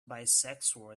bisexual